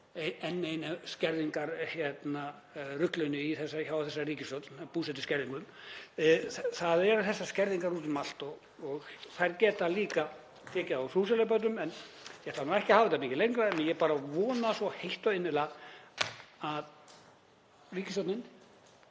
enn einu skerðingarruglinu hjá þessari ríkisstjórn, búsetuskerðingum. Það eru þessar skerðingar út um allt og þar getum við líka tekið á húsaleigubótum. Ég ætla ekki að hafa þetta mikið lengra en ég bara vona svo heitt og innilega að ríkisstjórnin